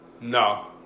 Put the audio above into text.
No